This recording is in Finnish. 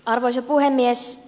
arvoisa puhemies